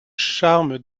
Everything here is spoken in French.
charme